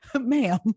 ma'am